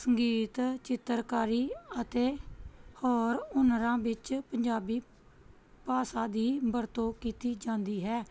ਸੰਗੀਤ ਚਿੱਤਰਕਾਰੀ ਅਤੇ ਹੋਰ ਹੁਨਰਾਂ ਵਿੱਚ ਪੰਜਾਬੀ ਭਾਸ਼ਾ ਦੀ ਵਰਤੋਂ ਕੀਤੀ ਜਾਂਦੀ ਹੈ